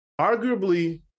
arguably